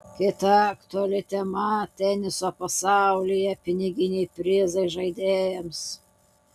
kita aktuali tema teniso pasaulyje piniginiai prizai žaidėjams